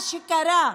מה שקרה,